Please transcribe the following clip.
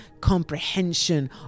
comprehension